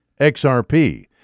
XRP